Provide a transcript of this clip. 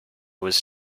was